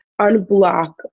unblock